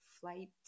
flight